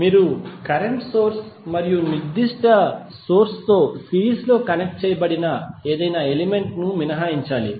మీరు current source మరియు నిర్దిష్ట సోర్స్ తో సిరీస్ లో కనెక్ట్ చేయబడిన ఏదైనా ఎలిమెంట్ ను మినహాయించాలి